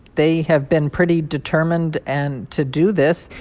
they have been pretty determined and to do this.